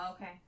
okay